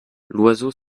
l’oiseau